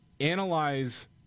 analyze